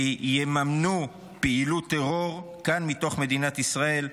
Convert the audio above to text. ויממנו פעילות טרור כאן, מתוך מדינת ישראל.